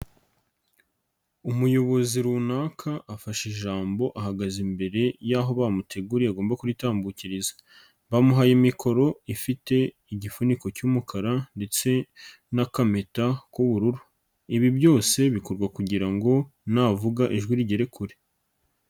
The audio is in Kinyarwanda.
Umuyobozi runaka afashe ijambo ahagaze imbere y'aho bamuteguriye agomba kuritambukiriza, bamuhaye imikoro ifite igifuniko cy'umukara ndetse n'akampeta k'ubururu, ibi byose bikorwa kugira ngo navuga ijwi rigere kure.